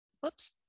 Whoops